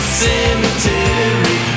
cemetery